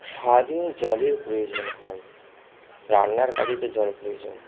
সারা দিন জলের প্রয়োজন হয় রান্নার কাজে তো জল প্রয়োজন